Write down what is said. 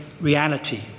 reality